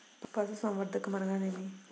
పశుసంవర్ధకం అనగా ఏమి?